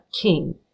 king